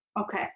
Okay